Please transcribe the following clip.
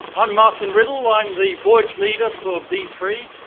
i'm martin riddle. i'm the voyage leader for v three,